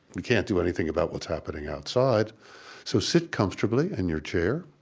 we can't do anything about what's happening outside so sit comfortably in your chair,